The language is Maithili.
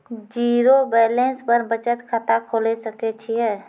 जीरो बैलेंस पर बचत खाता खोले सकय छियै?